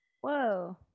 whoa